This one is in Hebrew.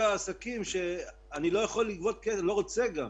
העסקים שאני לא יכול לגבות מהם וגם לא רוצה.